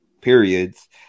periods